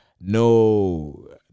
No